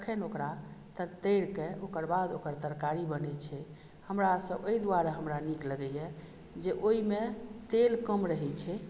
तखन ओकरा तरिके ओकर बाद ओकर तरकारी बनैत छै हमरासभ एहि द्वारे हमरा नीक लगैए जे ओहिमे तेल कम रहैत छै